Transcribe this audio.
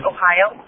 Ohio